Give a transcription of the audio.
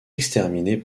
exterminée